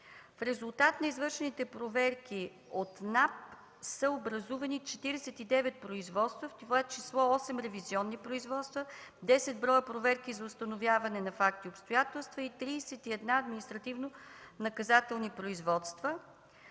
В резултат на извършените проверки от НАП са образувани 49 производства, в това число 8 ревизионни производства, 10 бр. проверки за установяване на факти и обстоятелства и 31 административнонаказателни производства;